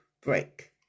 break